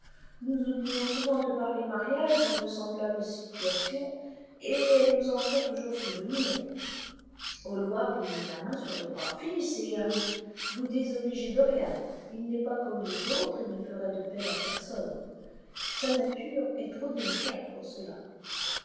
nous oublions souvent de parler mariage dans de semblables situations et elles nous en font toujours souvenir hallward lui mit la main sur le bras finissez harry vous désobligez dorian il n'est pas comme les autres et ne ferait de peine à personne sa nature est trop délicate pour cela